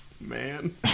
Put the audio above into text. Man